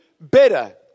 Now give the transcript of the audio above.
better